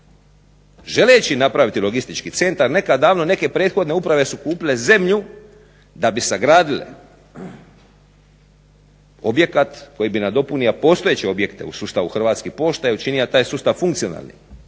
želeći napraviti logistički centar nekad davno neke prethodne uprave su kupile zemlju da bi sagradile objekat koji bi nadopunio postojeće objekte u sustavu Hrvatskih pošta i učinio taj sustav funkcionalnim.